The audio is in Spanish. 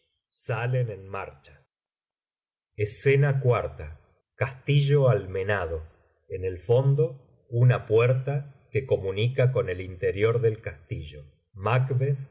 quinto escena ly escena iv castillo almenado en el fondo una puerta que comunica con ei interior del castillo